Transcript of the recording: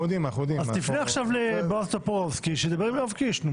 אז תפנה לבועז טופורובסקי שידבר עם יואב קיש.